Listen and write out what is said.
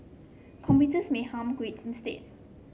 computers may harm grades instead